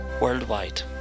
worldwide